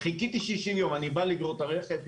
חיכיתי 60 ימים ואני בא לגרור את הרכב.